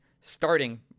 starting